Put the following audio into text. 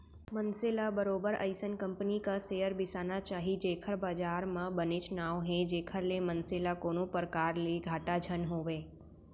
मनसे ल बरोबर अइसन कंपनी क सेयर बिसाना चाही जेखर बजार म बनेच नांव हे जेखर ले मनसे ल कोनो परकार ले घाटा झन होवय